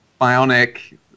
Bionic